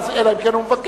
אלא אם כן הוא מבקש,